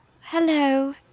Hello